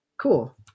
Cool